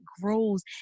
grows